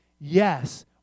Yes